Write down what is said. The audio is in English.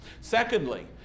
Secondly